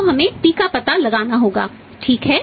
तो हमें p का पता लगाना होगा ठीक है